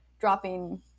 dropping